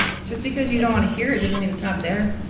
just because you don't want to hear it doesn't mean it's not there.